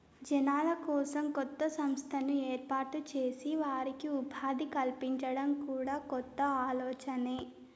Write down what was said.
జనాల కోసం కొత్త సంస్థను ఏర్పాటు చేసి వారికి ఉపాధి కల్పించడం కూడా కొత్త ఆలోచనే